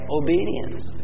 obedience